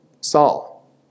Saul